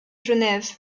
genève